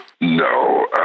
No